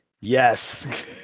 Yes